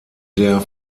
der